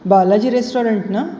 Balaji restaurant ना